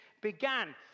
began